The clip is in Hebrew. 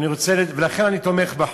לכן אני תומך בחוק.